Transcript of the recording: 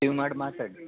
इद् माड् माताड्